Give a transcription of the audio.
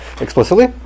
explicitly